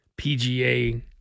PGA